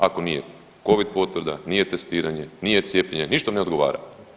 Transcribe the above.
Ako nije Covid potvrda, nije testiranje, nije cijepljenje, ništa ne odgovara.